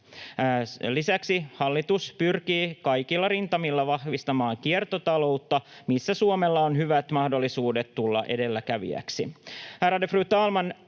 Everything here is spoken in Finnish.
Lisäksi hallitus pyrkii kaikilla rintamilla vahvistamaan kiertotaloutta, missä Suomella on hyvät mahdollisuudet tulla edelläkävijäksi.